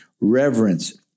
reverence